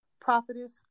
Prophetess